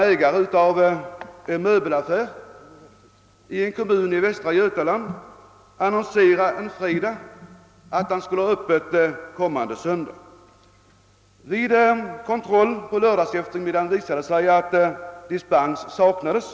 ägaren till en möbelaffär i en kommun i västra Götaland annonserade en fredag, att han skulle hålla öppet kommande söndag. Vid kontroll på lördag eftermiddag visade det sig att dispens saknades.